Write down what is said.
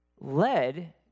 led